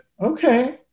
okay